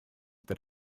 that